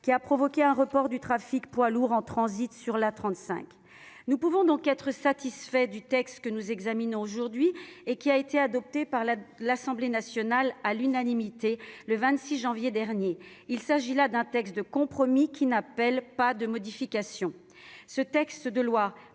qui a provoqué un report du trafic des poids lourds en transit sur l'A35. Nous pouvons donc être satisfaits du texte examiné aujourd'hui, que l'Assemblée nationale a adopté à l'unanimité le 26 janvier dernier. Il s'agit là d'un texte de compromis, qui n'appelle pas de modifications. Ce texte de loi